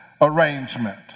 arrangement